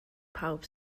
pawb